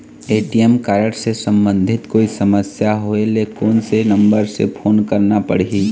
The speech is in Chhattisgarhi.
ए.टी.एम कारड से संबंधित कोई समस्या होय ले, कोन से नंबर से फोन करना पढ़ही?